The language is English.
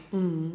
mm